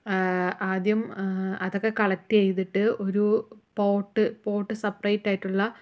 ആദ്യം അതൊക്കെ കളക്റ്റ് ചെയ്തിട്ട് ഒരു പോട്ട് പോട്ട് സപ്പറേറ്റ് ആയിട്ടുള്ള